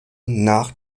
nach